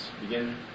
begin